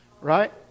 Right